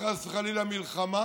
וחס וחלילה מלחמה,